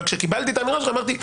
אבל כשקיבלתי את העמדה שלך אמרתי,